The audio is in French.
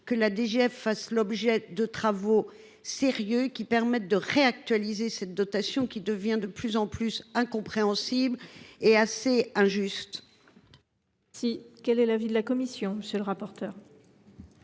que la DGF fasse l’objet de travaux sérieux permettant de réactualiser cette dotation, qui devient de plus en plus incompréhensible et assez injuste. Quel est l’avis de la commission ? Nous